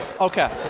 okay